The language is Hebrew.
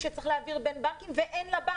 גם זה קורה.